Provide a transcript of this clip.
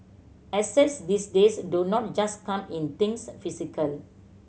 assets these days do not just come in things physical